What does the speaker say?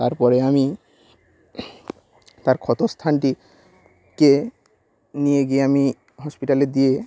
তারপরে আমি তার ক্ষতস্থানটিকে নিয়ে গিয়ে আমি হসপিটালে দিয়ে